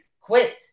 quit